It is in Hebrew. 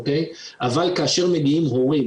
אבל כאשר מגיעים הורים